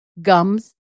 gums